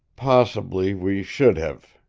possibly we should have,